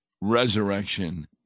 resurrection